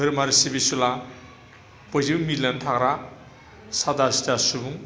धोरोमारि सिबिसुला बयजोंबो मिलायनानै थाग्रा सादा सिदा सुबुं